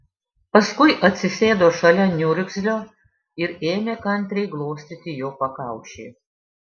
paskui atsisėdo šalia niurzglio ir ėmė kantriai glostyti jo pakaušį